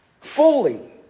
fully